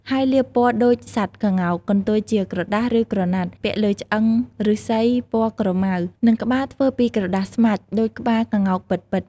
ហើយលាបពណ៌ដូចសត្វក្ងោក កន្ទុយជាក្រដាស ឬក្រណាត់ ពាក់លើឆ្អឹងឫស្សីពណ៌ក្រម៉ៅ និងក្បាលធ្វើពីក្រដាសស្មាច់ ដូចក្បាលក្ងោកពិតៗ។